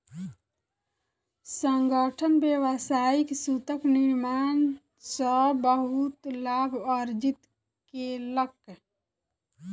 संगठन व्यावसायिक सूतक निर्माण सॅ बहुत लाभ अर्जित केलक